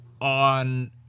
on